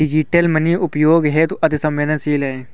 digital money उपयोग हेतु अति सवेंदनशील है